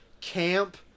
camp